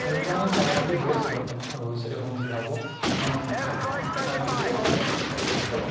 এনেকৈ আমি স্বাৱলম্বী হৈ আছোঁ বৰ্তমান আৰু ভৱিষ্যতে হ'ম বুলি ভাবোঁ মানে মুখা মুখা ক্ৰয় কৰি মানুহে যথেষ্ট